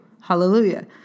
Hallelujah